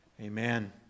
Amen